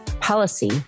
policy